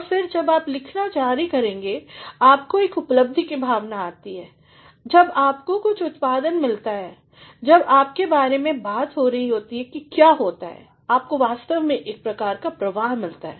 और फिर जब आप लिखना जारी रखते हैं आपको एक उपलब्धि की भावना आती है जब आपको कुछ उत्पादन मिलता है जब आपके बारे में बात होती है क्या होता है आपको वास्तव में एक प्रकार की प्रवाह मिलती है